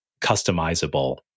customizable